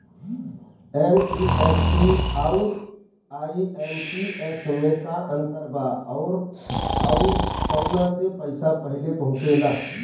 NEFT आउर IMPS मे का अंतर बा और आउर कौना से पैसा पहिले पहुंचेला?